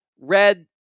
red